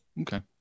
Okay